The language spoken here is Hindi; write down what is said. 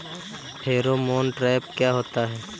फेरोमोन ट्रैप क्या होता है?